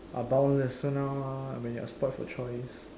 are boundless so now when you are spoilt for choice hmm